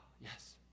yes